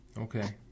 Okay